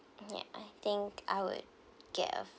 ya I think I would get a